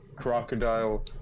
crocodile